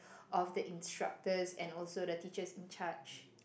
of the instructors and also the teachers in charge